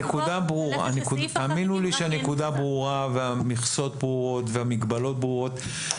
האמינו לי שהנקודה ברורה והמכסות ברורות והמגבלות ברורות.